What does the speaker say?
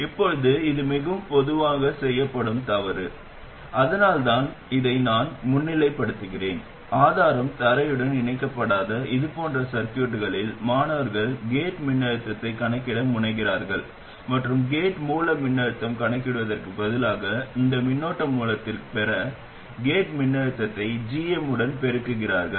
இப்போது இது மிகவும் பொதுவாக செய்யப்படும் தவறு அதனால்தான் இதை நான் முன்னிலைப்படுத்துகிறேன் ஆதாரம் தரையுடன் இணைக்கப்படாத இதுபோன்ற சர்கியூட்களில் மாணவர்கள் கேட் மின்னழுத்தத்தைக் கணக்கிட முனைகிறார்கள் மற்றும் கேட் மூல மின்னழுத்தத்தைக் கணக்கிடுவதற்குப் பதிலாக இந்த மின்னோட்ட மூலத்தைப் பெற கேட் மின்னழுத்தத்தை g m உடன் பெருக்குகிறார்கள்